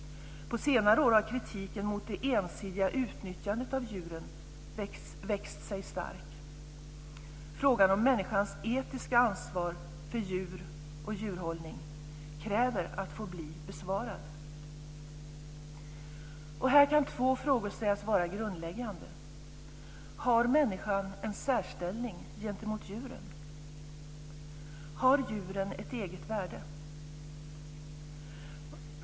På senare år har kritiken mot det ensidiga utnyttjandet av djuren växt sig stark. Frågan om människans etiska ansvar för djur och djurhållning kräver att få bli besvarad. Här kan två frågor sägas vara grundläggande: Har människan en särställning gentemot djuren? Har djuren ett eget värde?